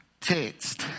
text